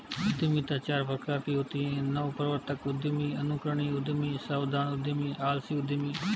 उद्यमिता चार प्रकार की होती है नवप्रवर्तक उद्यमी, अनुकरणीय उद्यमी, सावधान उद्यमी, आलसी उद्यमी